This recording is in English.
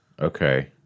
Okay